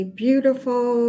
beautiful